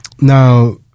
Now